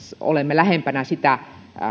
olemme lähempänä sitä